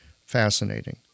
fascinating